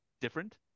different